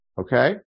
Okay